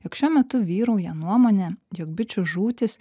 jog šiuo metu vyrauja nuomonė jog bičių žūtis